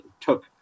took